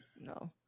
No